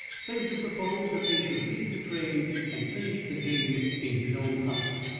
spencer proposed that they should leave the train and finish the game in his own house.